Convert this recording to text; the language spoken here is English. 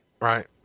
Right